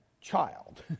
child